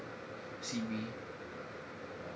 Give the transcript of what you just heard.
C_B err